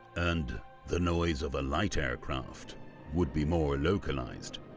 and the noise of a light aircraft would be more localized.